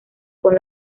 con